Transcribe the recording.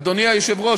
אדוני היושב-ראש,